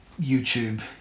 YouTube